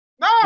No